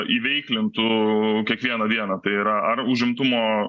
įveiklintų kiekvieną dieną tai yra ar užimtumo